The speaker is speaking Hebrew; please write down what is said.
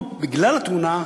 בגלל התאונה,